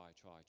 try